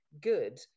good